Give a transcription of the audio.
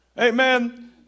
Amen